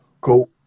go